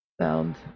sound